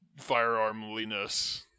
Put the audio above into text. firearmliness